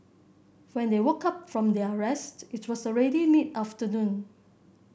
when they woke up from their rest it was already mid afternoon